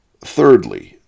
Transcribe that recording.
Thirdly